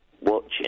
watching